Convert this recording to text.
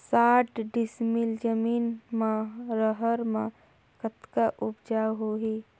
साठ डिसमिल जमीन म रहर म कतका उपजाऊ होही?